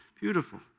Beautiful